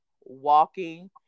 walking